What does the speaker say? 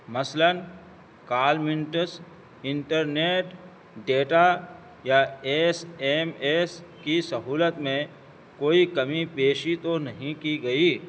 مثلاً call minutes internet data یا S M S کی سہولت میں کوئی کمی پیشی تو نہیں کی گئی